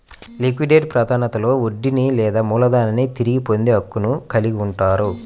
liquidate ప్రాధాన్యతలో వడ్డీని లేదా మూలధనాన్ని తిరిగి పొందే హక్కును కలిగి ఉంటారు